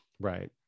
Right